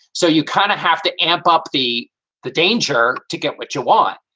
so you kind of have to amp up the the danger to get what you want.